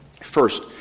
First